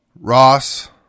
Ross